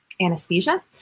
anesthesia